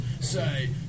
Say